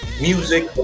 music